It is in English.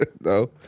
no